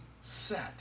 set